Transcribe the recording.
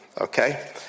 Okay